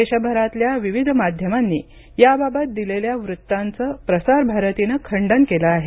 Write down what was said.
देशभरातल्या विविध माध्यमांनी याबाबत दिलेल्या वृत्तांचं प्रसार भारतीनं खंडन केलं आहे